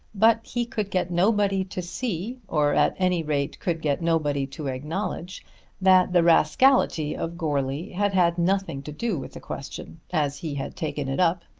but he could get nobody to see or at any rate could get nobody to acknowledge that the rascality of goarly had had nothing to do with the question as he had taken it up.